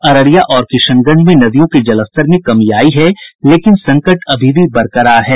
अररिया और किशनगंज में नदियों के जलस्तर में कमी आयी है लेकिन संकट अभी भी बरकरार है